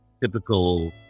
typical